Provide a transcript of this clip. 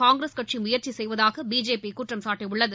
காங்கிரஸ் கட்சி முயற்சி செய்வதாக பிஜேபி குற்றம் சாட்டியுள்ளது